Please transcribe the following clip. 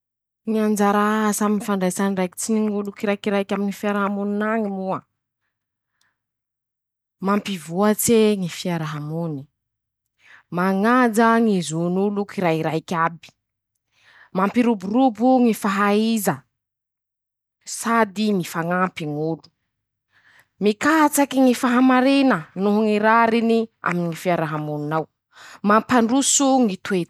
Ñy anjara asa aminy ñy fandraisa andraikitry ñ'olo kirakiraiky aminy ñy fiaramonin'añy moa: -Mampivoatse ñy fiarahamony, mañaja ñy zon'olo kirairaik'abe; mampiroborobo ñy fahaiza, sady mifañampy ñ'olo, mikatsaky ñy fahamarina noho ñy rariny aminy ñy fiarahamonin'ao, mampandroso.